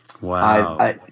Wow